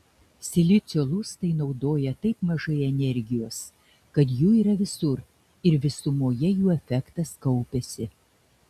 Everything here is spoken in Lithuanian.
silicio lustai naudoja taip mažai energijos kad jų yra visur ir visumoje jų efektas kaupiasi